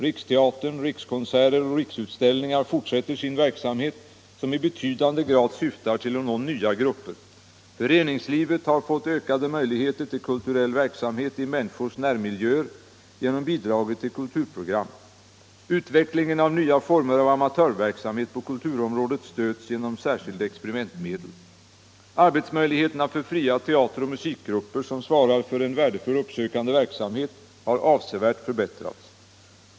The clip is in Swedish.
Riksteatern, Rikskonserter och Riks = rikare fritid utställningar fortsätter sin verksamhet som i betydande grad syftar till att nå nya grupper. Föreningslivet har fått ökade möjligheter till kulturell verksamhet i människors närmiljöer genom bidraget till kulturprogram. Utvecklingen av nya former av amatörverksamhet på kulturområdet stöds genom särskilda experimentmedel. Arbetsmöjligheterna för fria teateroch musikgrupper som svarar för en värdefull uppsökande verksamhet har avsevärt förbättrats.